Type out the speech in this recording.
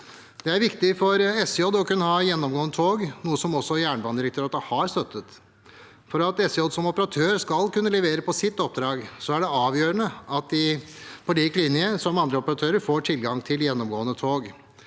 Det er viktig for SJ å kunne ha gjennomgående tog, noe som også Jernbanedirektoratet har støttet. For at SJ som operatør skal kunne levere på sitt oppdrag, er det avgjørende at de på lik linje med andre operatører får tilgang til gjennomgående tog.